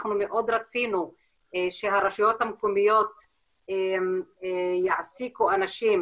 אנחנו מאוד רצינו שהרשויות המקומיות יעסיקו אנשים